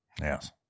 Yes